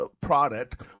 product